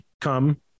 come